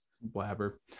Blabber